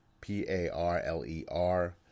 P-A-R-L-E-R